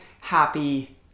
happy